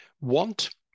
Want